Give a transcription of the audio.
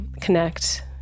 connect